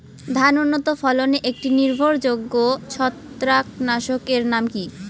ধান উন্নত ফলনে একটি নির্ভরযোগ্য ছত্রাকনাশক এর নাম কি?